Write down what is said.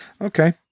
Okay